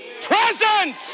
present